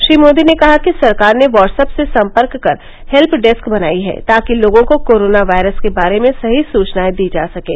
श्री मोदी ने कहा कि सरकार ने वाट्सऐप से सम्पर्क कर हेल्य डेस्क बनाई है ताकि लोगों को कोरोना वायरस के बारे में सही सूचनाएं दी जा सकें